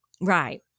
Right